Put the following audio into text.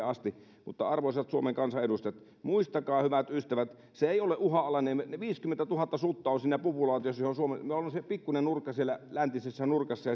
asti mutta arvoisat suomen kansan edustajat muistakaa hyvät ystävät se ei ole uhanalainen viisikymmentätuhatta sutta on siinä populaatiossa ja me olemme se pikkunen nurkka siellä läntisessä nurkassa